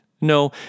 No